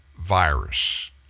virus